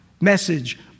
message